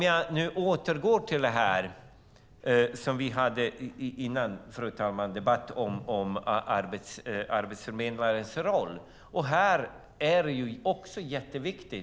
Jag vill återgå till det här som vi debatterade tidigare, fru talman, om arbetsförmedlarens roll som är jätteviktig.